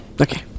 Okay